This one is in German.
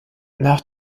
nach